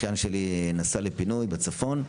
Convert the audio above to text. אחיין שלי נסע לפינוי בצפון,